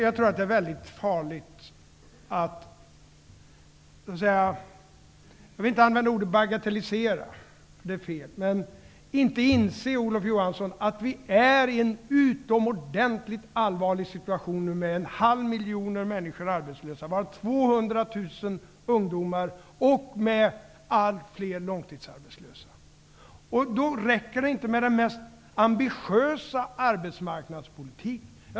Det är farligt, Olof Johansson, att inte inse -- jag vill inte använda ordet bagatellisera, för det är fel -- att vi är i en utomordentligt allvarlig situation nu, med en halv miljon människor arbetslösa, varav 200 000 ungdomar och allt fler långtidsarbetslösa. Då räcker inte den mest ambitiösa arbetsmarknadspolitik.